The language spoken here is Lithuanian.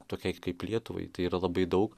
tokiai kaip lietuvai tai yra labai daug